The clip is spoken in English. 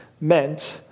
meant